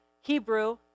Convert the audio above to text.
Hebrew